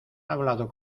hablado